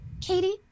Katie